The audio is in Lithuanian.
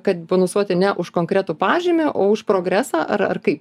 kad bonusuoti ne už konkretų pažymį o už progresą ar ar kaip